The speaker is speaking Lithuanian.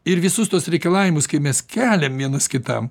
ir visus tuos reikalavimus kai mes keliam vienas kitam